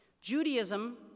Judaism